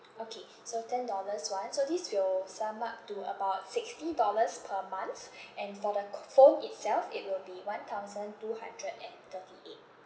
okay so ten dollars [one] so this will sum up to about sixty dollars per month and for the co~ phone itself it will be one thousand two hundred and thirty eight